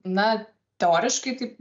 na teoriškai taip